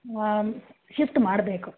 shift ಮಾಡಬೇಕು